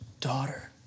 Daughter